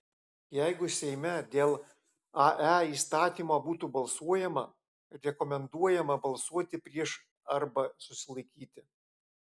jeigu seime dėl ae įstatymo būtų balsuojama rekomenduojama balsuoti prieš arba susilaikyti